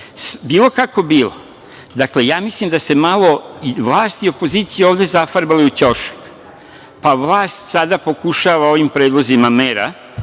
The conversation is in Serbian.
kako bilo, dakle, mislim da su se vlast i opozicija ovde malo zafarbali u ćošak, pa vlast sada pokušava ovim predlozima mera